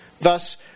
Thus